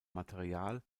material